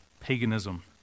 paganism